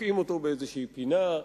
תוקעים אותו באיזו פינה,